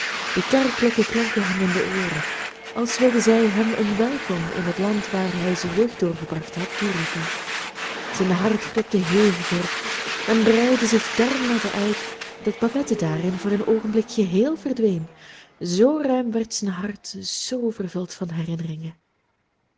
de kerkklokken klonken hem in de ooren als wilden zij hem een welkom in het land waar hij zijn jeugd doorgebracht had toeroepen zijn hart klopte heviger en breidde zich dermate uit dat babette daarin voor een oogenblik geheel verdween zoo ruim werd zijn hart zoo vervuld van herinneringen